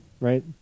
right